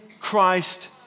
Christ